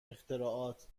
اختراعات